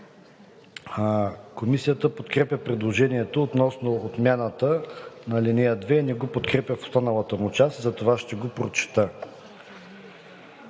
Комисията подкрепя предложението относно отмяната на ал. 2 и не го подкрепя в останалата му част и затова ще го прочета: